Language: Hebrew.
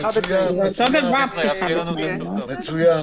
"פתיחה בתנאים", בסדר.